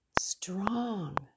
strong